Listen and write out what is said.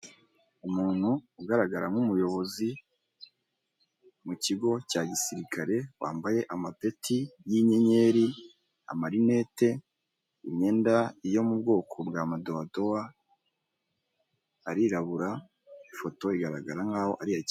Umuntu ugaragara nk'umuyobozi mukigo cya gisirikari, wambaye amapeti y'inyenyeri, amarinete, imyenda iri mu bwoko bwa madowadowa, arirabura, ifoto igaragara nkaho ari iya kera.